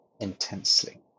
intensely